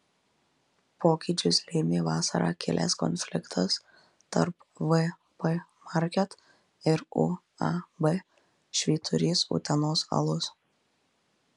pokyčius lėmė vasarą kilęs konfliktas tarp vp market ir uab švyturys utenos alus